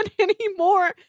anymore